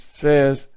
says